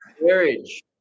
Marriage